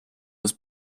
has